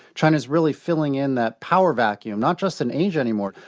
china is really filling in that power vacuum not just in asia anymore,